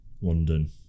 London